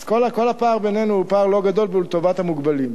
אז כל הפער בינינו הוא פער לא גדול והוא לטובת המוגבלים.